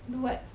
do what